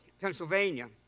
Pennsylvania